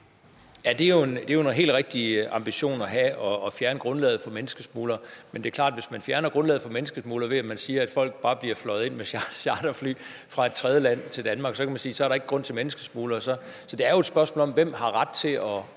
er jo en helt rigtig ambition at have. Men det er klart, at der, hvis man fjerner grundlaget for menneskesmuglerne, ved at man siger, at folk bare kan blive fløjet ind med et charterfly fra et tredjeland til Danmark, kan man sige, ikke er nogen grund til at have menneskesmuglere. Så det er jo et spørgsmål om, hvem der har ret til at